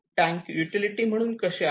tank utility म्हणून कसे आहे